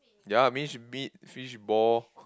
ya minced meat fishball